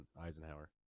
Eisenhower